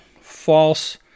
false